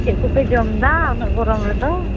ᱪᱮᱫ ᱠᱚᱯᱮ ᱡᱚᱢ ᱮᱫᱟ ᱩᱱᱟᱹᱜ ᱜᱚᱨᱚᱢ ᱨᱮᱫᱚ